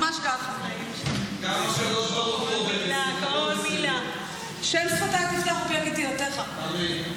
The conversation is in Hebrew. עומדים באולם אחד ושרים שהם מאמינים באמונה שלמה בביאת המשיח.